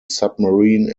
submarine